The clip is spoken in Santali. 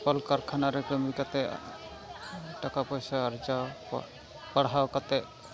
ᱠᱚᱞᱼᱠᱟᱨᱠᱷᱟᱱᱟ ᱨᱮ ᱠᱟᱹᱢᱤ ᱠᱟᱛᱮᱫ ᱴᱟᱠᱟᱼᱯᱚᱭᱥᱟ ᱟᱨᱡᱟᱣ ᱯᱟᱲᱦᱟᱣ ᱠᱟᱛᱮᱫ